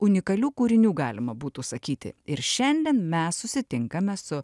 unikalių kūrinių galima būtų sakyti ir šiandien mes susitinkame su